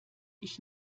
ich